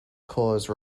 cause